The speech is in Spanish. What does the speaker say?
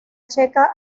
checa